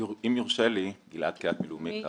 אם יורשה לי, אני